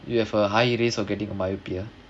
you have a higher risk of getting myopia